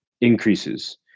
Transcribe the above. increases